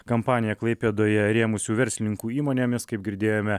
kampanija klaipėdoje rėmusių verslininkų įmonėmis kaip girdėjome